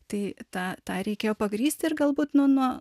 tai tą tą reikėjo pagrįsti ir galbūt nu nuo